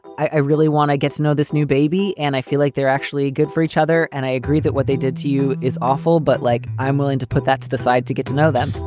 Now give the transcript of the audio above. i really wanna get to know this new baby. and i feel like they're actually good for each other. and i agree that what they did to you is awful. but like, i'm willing to put that to the side to get to know them,